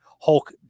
Hulk